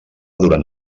durant